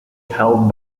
held